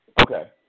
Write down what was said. Okay